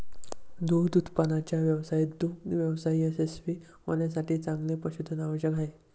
दूध उत्पादनाच्या व्यवसायात दुग्ध व्यवसाय यशस्वी होण्यासाठी चांगले पशुधन आवश्यक आहे